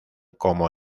como